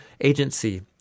agency